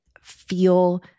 feel